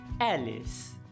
Alice